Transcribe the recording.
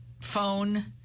phone